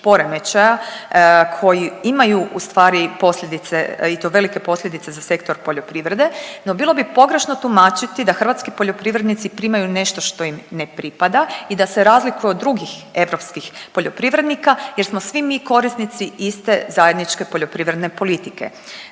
poremećaja koji imaju u stvari posljedice i to velike posljedice za sektor poljoprivrede, no bilo bi pogrešno tumačiti da hrvatski poljoprivrednici primaju nešto što im ne pripada i da se razlikuju od drugih europskih poljoprivrednika jer smo svi mi korisnici iste zajedničke poljoprivredne politike.